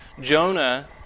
Jonah